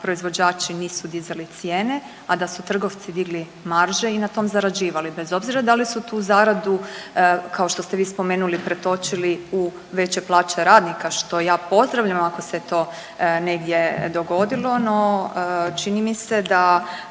proizvođači nisu dizali cijene, a da su trgovci digli marže i na tom zarađivali bez obzira da li su tu zaradu kao što ste vi spomenuli pretočili u veće plaće radnika što ja pozdravljam ako se to negdje dogodilo. No, čini mi se da